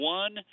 one